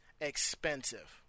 expensive